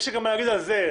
יש לי גם מה לומר על זה.